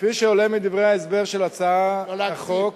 מדברי ההסבר של הצעת החוק